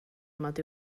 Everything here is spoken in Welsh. mod